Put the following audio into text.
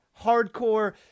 hardcore